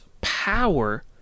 power